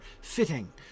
fitting